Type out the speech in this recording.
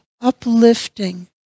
uplifting